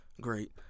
great